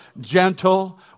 gentle